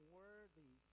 worthy